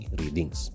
readings